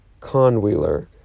Conwheeler